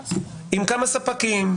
עם כמה ספקים,